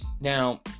Now